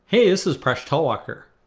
hey, this is presh talwalkar.